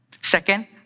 Second